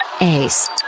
Ace